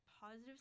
Positive